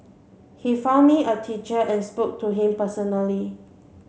he found me a teacher and spoke to him personally